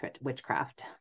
witchcraft